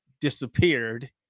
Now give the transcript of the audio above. disappeared